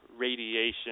radiation